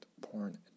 porn